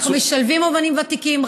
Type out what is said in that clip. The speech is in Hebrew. אנחנו משלבים אומנים ותיקים,